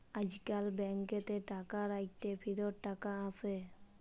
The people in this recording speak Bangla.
আইজকাল ব্যাংকেতে টাকা রাইখ্যে ফিরত টাকা আসে